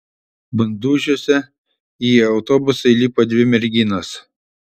bandužiuose į autobusą įlipo dvi merginos